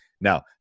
now